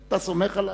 אתה סומך עלי?